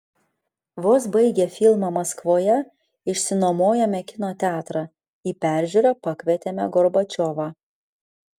vos baigę filmą maskvoje išsinuomojome kino teatrą į peržiūrą pakvietėme gorbačiovą